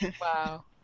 Wow